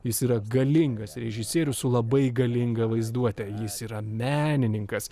jis yra galingas režisierius su labai galinga vaizduote jis yra menininkas